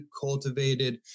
cultivated